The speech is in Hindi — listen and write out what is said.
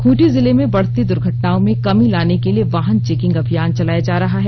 खूंटी जिले में बढ़ती दुर्घटनाओं में कमी लाने के लिए वाहन चेकिंग अभियान चलाया जा रहा है